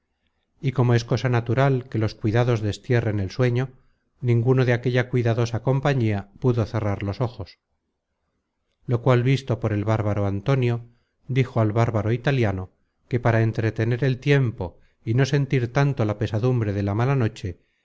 y como es cosa natural que los cuidados destierren el sueño ninguno de aquella cuidadosa compañía pudo cerrar los ojos lo cual visto por el bárbaro antonio dijo al bárbaro italiano que para entretener el tiempo y no sentir tanto la pesadumbre de la mala noche